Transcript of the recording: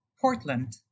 Portland